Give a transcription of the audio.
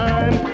Time